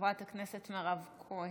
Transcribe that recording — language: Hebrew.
חברת הכנסת מירב כהן,